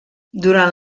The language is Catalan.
durant